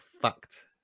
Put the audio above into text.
fact